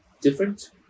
different